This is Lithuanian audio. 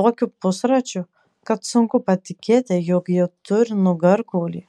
tokiu pusračiu kad sunku patikėti jog ji turi nugarkaulį